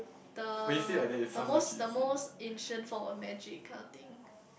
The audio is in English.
the the most the most ancient form of magic kind of thing